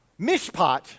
mishpat